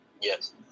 Yes